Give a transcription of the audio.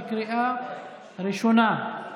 בקריאה ראשונה.